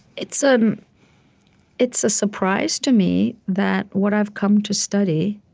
it's ah it's a surprise to me that what i've come to study